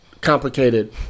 complicated